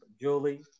Julie